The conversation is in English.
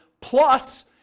plus